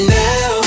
now